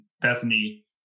Bethany